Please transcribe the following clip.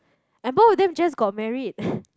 and both of them just got married